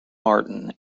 martin